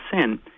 sin